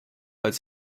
als